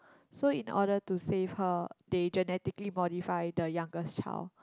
so in order to save her they genetically modify the youngest child